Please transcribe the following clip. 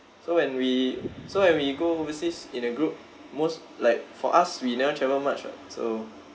so when we so when we go overseas in a group most like for us we never travel much [what] so